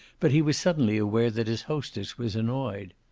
but he was suddenly aware that his hostess was annoyed.